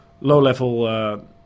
low-level